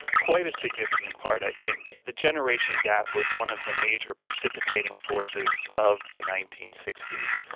quite a significant part i think. the generation gap was one of the major precipitating forces of the nineteen sixty s,